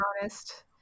honest